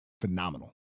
phenomenal